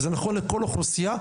וזה נכון לכל אוכלוסיה.